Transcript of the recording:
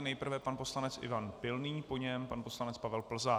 Nejprve pan poslanec Ivan Pilný, po něm pan poslanec Pavel Plzák.